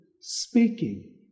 speaking